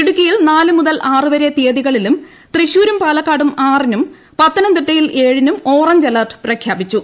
ഇടുക്കിയിൽ നാല് മുതൽ ആറ് വരെ തീയതികളിലും തൃശൂരും പാലക്കാടും ആറിനും പത്തനംതിട്ടയിൽ ഏഴിനും ഓറഞ്ച് അലർട്ട് പ്രഖ്യാപിച്ചു